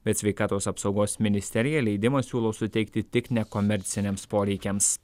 bet sveikatos apsaugos ministerija leidimą siūlo suteikti tik nekomerciniams poreikiams